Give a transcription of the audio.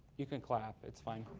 you can clap, it's fine.